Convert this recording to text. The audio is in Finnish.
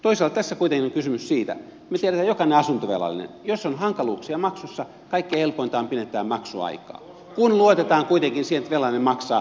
toisaalta tässä kuitenkin on kysymys siitä että me tiedämme jokainen asuntovelallinen että jos on hankaluuksia maksussa kaikkein helpointa on pidentää maksuaikaa kun luotetaan kuitenkin siihen että velallinen maksaa